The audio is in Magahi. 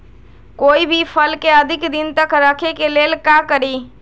कोई भी फल के अधिक दिन तक रखे के लेल का करी?